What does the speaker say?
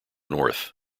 north